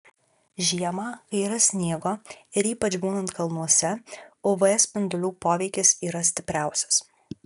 žiemą kai yra sniego ir ypač būnant kalnuose uv spindulių poveikis yra stipriausias